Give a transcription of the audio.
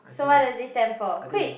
so what does this stand for quick